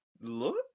look